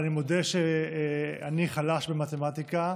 ואני מודה שאני חלש במתמטיקה.